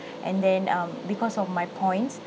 and then um because of my points